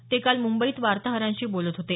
ते काल मुंबईत वार्ताहरांशी बोलत होते